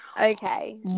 okay